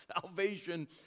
salvation